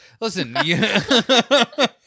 Listen